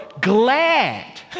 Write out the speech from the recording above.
glad